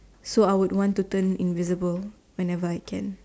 so I would want to turn invisible whenever I can